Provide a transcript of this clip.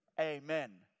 Amen